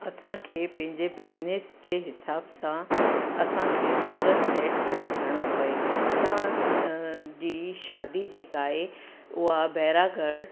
असांखे पंहिंजे बिज़नेस जे हिसाब सां असांखे सूरत सेट पियो थियणो पए असां जी शादी जेका आहे उहा बैरागढ़